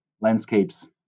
landscapes